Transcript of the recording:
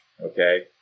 okay